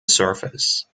surface